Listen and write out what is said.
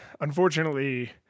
unfortunately